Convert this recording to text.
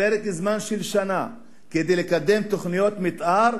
בפרק זמן של שנה כדי לקדם תוכניות מיתאר